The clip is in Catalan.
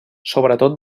sobretot